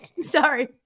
Sorry